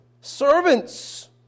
Servants